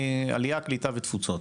אני, עלייה, קליטה ותפוצות.